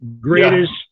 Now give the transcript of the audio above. Greatest